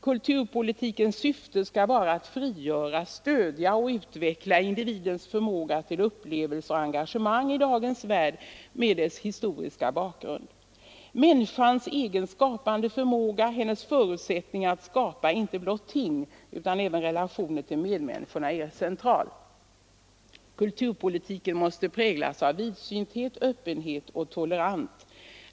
Kulturpolitikens syfte skall vara att frigöra, stödja och utveckla individens förmåga till upplevelser och engagemang i dagens värld, med dess historiska bakgrund. Människans egen skapande förmåga, hennes förutsättningar att skapa inte blott ting utan även relationer till medmänniskorna är central. Kulturpolitiken måste präglas av vidsynthet, öppenhet och tolerans.